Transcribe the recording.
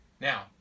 Now